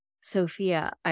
Sophia